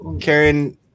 karen